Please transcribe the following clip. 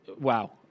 wow